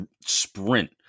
sprint